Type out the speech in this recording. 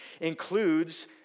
includes